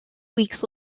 weeks